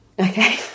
Okay